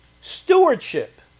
stewardship